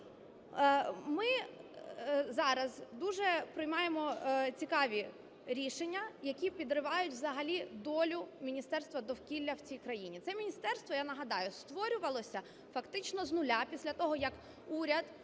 Ми зараз приймаємо дуже цікаві рішення, які підривають взагалі долю Міністерства довкілля в цій країні. Це міністерство, я нагадаю, створювалося фактично з нуля, після того, як уряд,